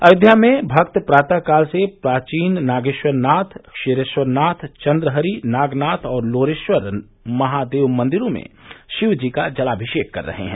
अयोध्या में भक्त प्रातकाल से प्राचीन नागेश्वर नाथ क्षीरेश्वर नाथ चन्द्रहरि नागनाथ और लोरेश्वर महादेव मन्दिरों में शिवजी का जलामिषेक कर रहे हैं